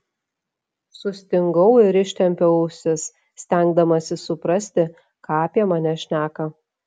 sustingau ir ištempiau ausis stengdamasis suprasti ką apie mane šneka